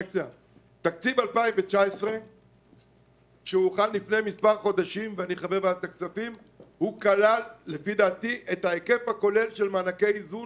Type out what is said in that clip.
תקציב 2019 שהוכן לפני מספר חודשים כלל את ההיקף הכולל של מענקי איזון